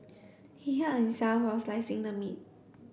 he hurt himself while slicing the meat